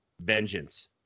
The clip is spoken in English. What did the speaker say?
vengeance